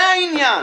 זה העניין.